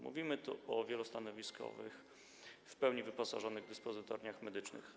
Mówimy tu o wielostanowiskowych, w pełni wyposażonych dyspozytorniach medycznych.